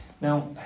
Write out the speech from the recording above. Now